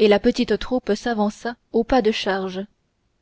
et la petite troupe s'avança au pas de charge